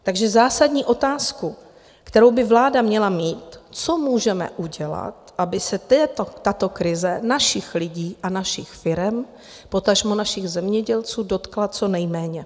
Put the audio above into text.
Takže zásadní otázku, kterou by vláda měla mít: co můžeme udělat, aby se tato krize našich lidí a našich firem, potažmo našich zemědělců dotkla co nejméně?